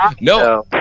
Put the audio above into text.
No